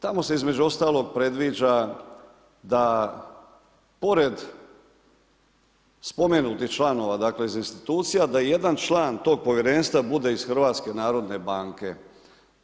Tamo se između ostalog predviđa da pored spomenutih članova, dakle, iz institucija, da je jedan član toga Povjerenstva bude iz HNB-a.